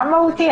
מה מהותי?